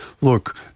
look